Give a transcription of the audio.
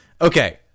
okay